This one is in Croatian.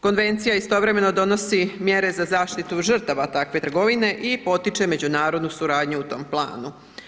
Konvencija istovremeno donosi mjere za zaštitu žrtava takve trgovine i potiče međunarodnu suradnju u tom planu.